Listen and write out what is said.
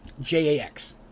J-A-X